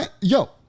Yo